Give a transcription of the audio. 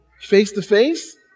face-to-face